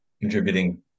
contributing